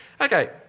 Okay